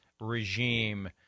regime